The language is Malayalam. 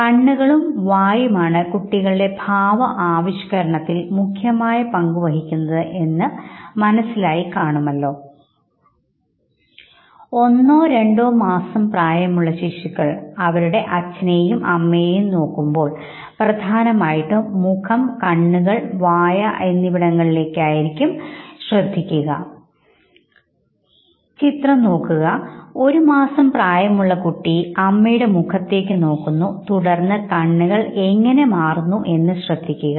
കണ്ണുകളും വായും ആണ് കുട്ടികളുടെ ഭാവആവിഷ്കരണത്തിൽ മുഖ്യപങ്കുവഹിക്കുന്നത് എന്ന് മനസ്സിലായി കാണുമല്ലോ ഒന്നോ രണ്ടോ മാസം പ്രായമുള്ള ശിശുക്കൾ അവരുടെ അച്ഛനെയും അമ്മയെയും നോക്കുമ്പോൾ പ്രധാനമായിട്ടും മുഖം കണ്ണുകൾ വായ എന്നിവിടങ്ങളിലായിരിക്കും ശ്രദ്ധിക്കുക ഇവിടെ നോക്കൂ ഒരു മാസം പ്രായമുള്ള കുട്ടി അമ്മയുടെ മുഖത്തേക്ക് നോക്കുന്നു തുടർന്ന് കണ്ണുകൾ എങ്ങനെ മാറുന്നുവെന്നും ശ്രദ്ധിക്കുക